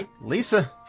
Lisa